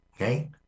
Okay